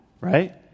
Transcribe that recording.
right